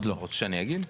אתה רוצה שאני אגיד?